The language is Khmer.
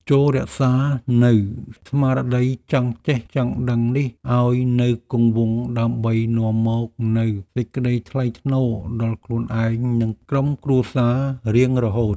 ចូររក្សានូវស្មារតីចង់ចេះចង់ដឹងនេះឱ្យនៅគង់វង្សដើម្បីនាំមកនូវសេចក្តីថ្លៃថ្នូរដល់ខ្លួនឯងនិងក្រុមគ្រួសាររៀងរហូត។